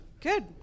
good